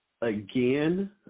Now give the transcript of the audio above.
again